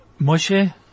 Moshe